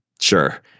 Sure